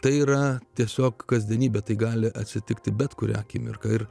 tai yra tiesiog kasdienybė tai gali atsitikti bet kurią akimirką ir